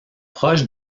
proches